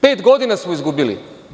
Pet godina smo izgubili.